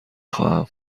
خواهم